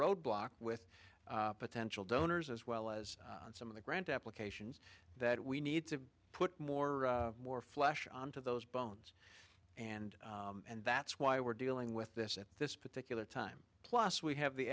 roadblock with potential donors as well as on some of the grant applications that we need to put more more flesh on to those bones and and that's why we're dealing with this at this particular time plus we have the